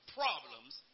problems